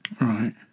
Right